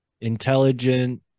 intelligent